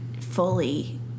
fully